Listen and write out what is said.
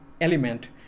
element